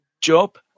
Job